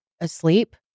asleep